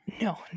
No